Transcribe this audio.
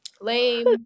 Lame